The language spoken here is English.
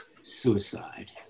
suicide